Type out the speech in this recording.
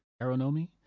Aeronomy